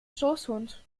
schoßhund